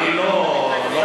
אני לא, לא